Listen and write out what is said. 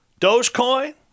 Dogecoin